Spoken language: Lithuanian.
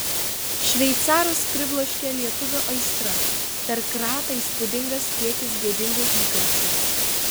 šveicarus pribloškė lietuvio aistra per kratą įspūdingas kiekis gėdingų įkalčių